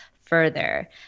further